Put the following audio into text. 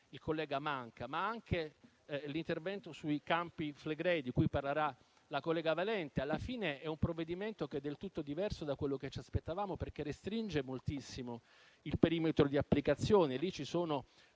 il collega Manca). Ma anche l'intervento sui Campi Flegrei (di cui parlerà la collega Valente) alla fine è un provvedimento del tutto diverso da quello che ci aspettavamo, perché restringe moltissimo il perimetro di applicazione. Lì ci sono